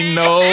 no